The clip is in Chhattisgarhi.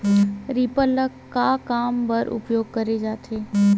रीपर ल का काम बर उपयोग करे जाथे?